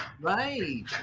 right